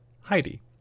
Heidi